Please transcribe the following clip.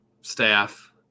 staff